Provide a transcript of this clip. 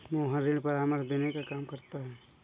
मोहन ऋण परामर्श देने का काम करता है